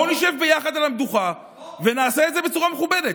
בואו נשב יחד על המדוכה ונעשה את זה בצורה מכובדת.